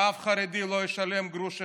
אף חרדי לא ישלם גרוש אחד,